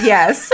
Yes